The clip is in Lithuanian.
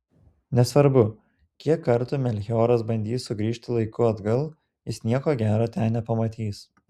nesvarbu kiek kartų melchioras bandys sugrįžti laiku atgal jis nieko gero ten nepamatys